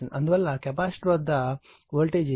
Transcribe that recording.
అందువల్ల కెపాసిటర్ వద్ద వోల్టేజ్ 50 0